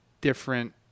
different